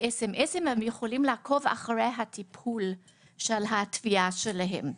הם יכולים לעקוב בהודעות כתובות אחרי הטיפול בתביעה שלהם.